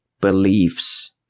beliefs